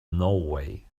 norway